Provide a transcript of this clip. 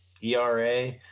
era